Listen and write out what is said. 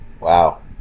Wow